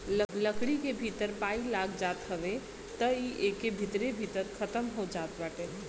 लकड़ी के भीतर पाई लाग जात हवे त इ एके भीतरे भीतर खतम हो जात बाटे